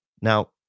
Now